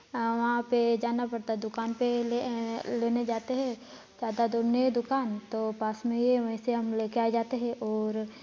वहाँ पर जाना पड़ता है दुकान पर ले लेने जाते हैं ज़्यादा दूर नहीं है दुकान तो पास में ही वैसे हम ले कर आ जाते हैं और